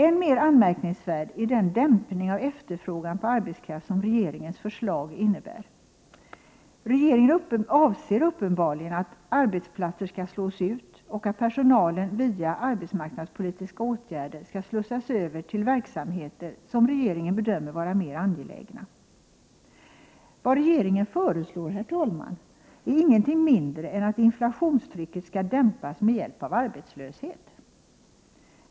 Än mer anmärkningsvärd är den dämpning av efterfrågan på arbetskraft som regeringens förslag innebär. Regeringen avser uppenbarligen att arbetsplatser skall slås ut och att personalen via arbetsmarknadspolitiska åtgärder skall slussas över till verksamheter som regeringen bedömer vara mer angelägna. Vad regeringen föreslår, herr talman, är ingenting mindre än att inflationstrycket skall dämpas med hjälp av arbetslöshet.